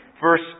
verse